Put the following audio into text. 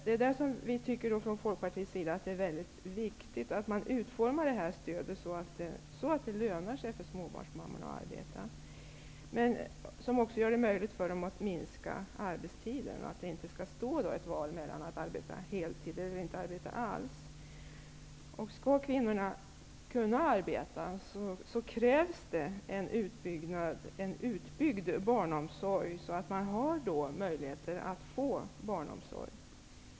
Det är därför som vi från Folkpartiets sida tycker att det är viktigt att man utformar stödet så att det lönar sig för småbarnsmammorna att arbeta och som gör det möjligt för dem att minska arbetstiden, att valet inte skall stå mellan att arbeta heltid eller att inte arbeta alls. Skall kvinnorna kunna arbeta krävs en utbyggd barnomsorg så att alla får möjlighet till barnomsorg.